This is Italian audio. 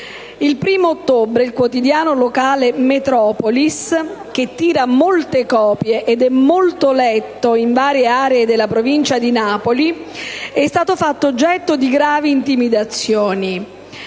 Il 1° ottobre scorso, il quotidiano locale "Metropolis", che tira numerose copie ed è molto letto in varie aree della provincia di Napoli, è stato fatto oggetto di gravi intimidazioni: